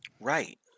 Right